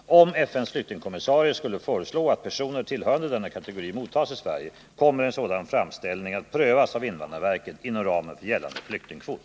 Om FN:s flyktingkommissarie skulle föreslå att personer tillhörande denna kategori mottas i Sverige, kommer en sådan framställning att prövas av invandrarverket inom ramen för gällande flyktingkvot.